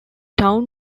town